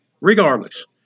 regardless